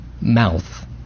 mouth